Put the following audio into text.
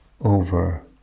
over